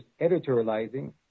editorializing